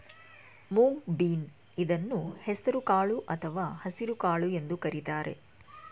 moong bean ಇದನ್ನು ಹೆಸರು ಕಾಳು ಅಥವಾ ಹಸಿರುಕಾಳು ಎಂದು ಕರಿತಾರೆ